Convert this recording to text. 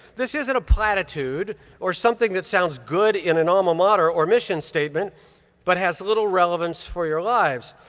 this isn't a platitude or something that sounds good in an alma mater or mission statement but has little relevance for your lives.